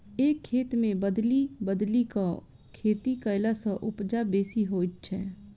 एक खेत मे बदलि बदलि क खेती कयला सॅ उपजा बेसी होइत छै